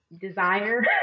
desire